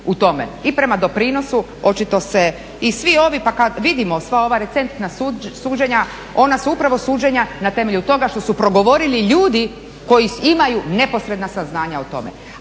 I prema doprinosu očito se i svi ovi, pa kad vidimo sva ova recentna suđenja ona su upravo suđenja na temelju toga što su progovorili ljudi koji imaju neposredna saznanja o tome.